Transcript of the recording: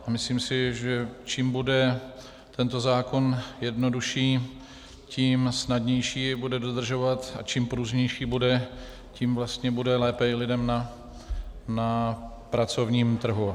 A myslím si, že čím bude tento zákon jednodušší, tím snadnější bude jej dodržovat, a čím pružnější bude, tím vlastně bude lépe i lidem na pracovním trhu.